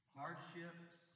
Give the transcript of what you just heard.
hardships